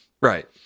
right